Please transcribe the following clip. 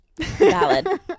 Valid